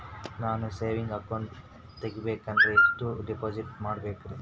ನಾನು saving account ತೆಗಿಬೇಕಂದರ ಎಷ್ಟು ಡಿಪಾಸಿಟ್ ಇಡಬೇಕ್ರಿ?